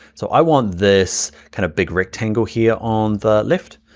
so i want this kind of big rectangle here on the left,